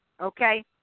okay